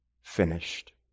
finished